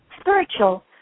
spiritual